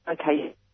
okay